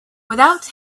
without